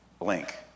link